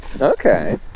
Okay